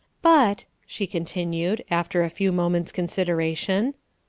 but, she continued, after a few moments' consideration,